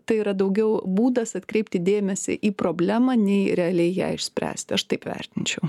tai yra daugiau būdas atkreipti dėmesį į problemą nei realiai ją išspręsti aš taip vertinčiau